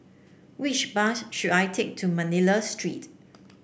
which bus should I take to Manila Street